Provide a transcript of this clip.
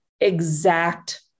exact